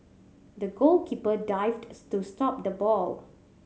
the goalkeeper dived to stop the ball